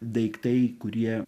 daiktai kurie